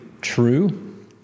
true